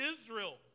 Israel